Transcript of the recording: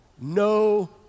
no